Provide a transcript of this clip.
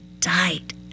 died